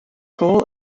goal